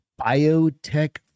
biotech